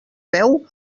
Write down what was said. peu